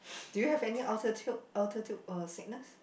do you have any altitude altitude uh sickness